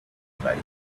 price